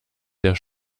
der